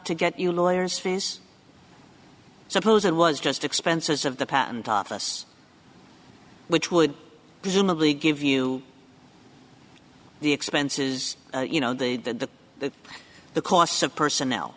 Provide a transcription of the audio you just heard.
to get you lawyers fees suppose it was just expenses of the patent office which would presumably give you the expenses you know the the the costs of person